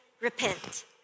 repent